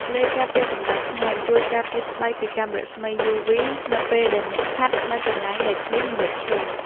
ឡេការពារកម្ដៅថ្ងៃ ជួយការពារស្បែកពីកាំរស្មីយូវី នៅពេលដែលអ្នកហាត់នៅកន្លែងដែលគ្មានម្លប់ឈើ។